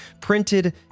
printed